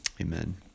Amen